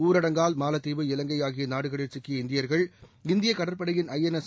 ஊரடங்கால் மாலத்தீவு இலங்கை ஆகிய நாடுகளில் சிக்கிய இந்தியர்கள் இந்திய கடற்படையின் ஐஎன்எஸ்